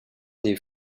des